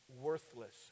worthless